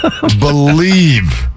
believe